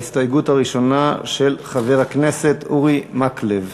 ההסתייגות הראשונה היא של חבר הכנסת אורי מקלב,